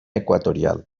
equatorial